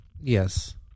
Yes